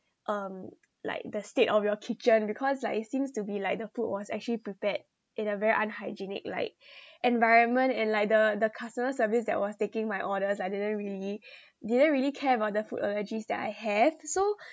um like the state of your kitchen because like it seems to be like the food was actually prepared in a very unhygienic like environment and like the the customer service that was taking my order like didn't really didn't really care about the food allergies that I have so